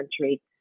country